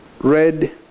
red